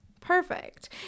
perfect